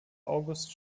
august